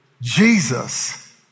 Jesus